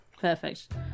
perfect